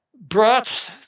brought